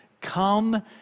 Come